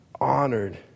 honored